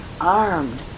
armed